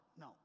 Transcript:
no